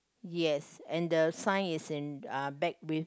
yes and the sign is in uh back with